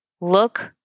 look